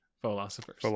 philosophers